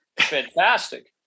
Fantastic